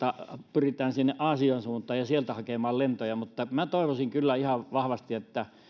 pyritään sinne aasian suuntaan ja sieltä hakemaan lentoja mutta minä toivoisin kyllä ihan vahvasti että